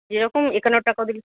যেরকম একান্ন টাকা দিলে